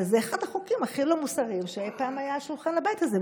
אבל זה אחד החוקים הכי לא מוסריים שאי פעם היו על שולחן הבית הזה,